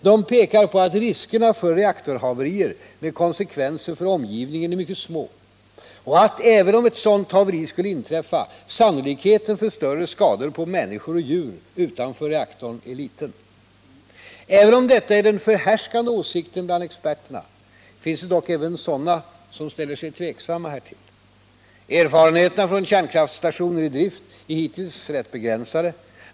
De pekar på att riskerna för reaktorhaverier med konsekvenser för omgivningen är mycket små och att, även om ett sådant haveri skulle inträffa, sannolikheten för större skador på människor och djur utanför reaktorn är liten. Även om detta är den förhärskande åsikten bland experterna, finns dock även sådana som ställer sig tveksamma härtill. Erfarenheterna från kärnkraftstationer i drift är hittills relativt begränsade.